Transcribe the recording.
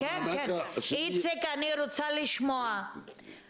מדינה גם טוען שהוא יודע לעשות את זה.